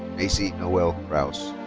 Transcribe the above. macy noel kraus.